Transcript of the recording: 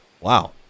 Wow